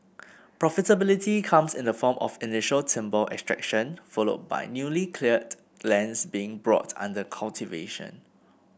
profitability comes in the form of initial timber extraction followed by newly cleared lands being brought under cultivation